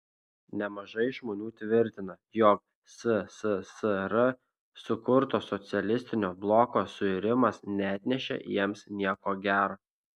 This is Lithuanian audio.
nemažai žmonių tvirtina jog sssr sukurto socialistinio bloko suirimas neatnešė jiems nieko gero